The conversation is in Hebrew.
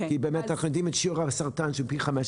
כי באמת אנחנו יודעים על שיעור הסרטן של פי 15